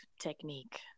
technique